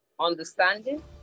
understanding